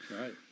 Right